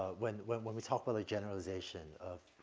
ah when, when, when we talk about the generalization of,